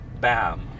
BAM